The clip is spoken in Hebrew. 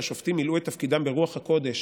כשהשופטים מילאו את תפקידם ברוח הקודש